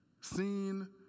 seen